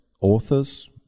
authors